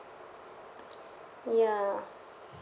ya